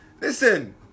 Listen